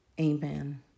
Amen